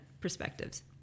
perspectives